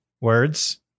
words